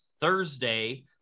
Thursday